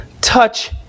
touch